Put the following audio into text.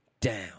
down